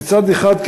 שמצד אחד,